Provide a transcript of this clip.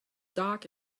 dark